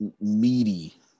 meaty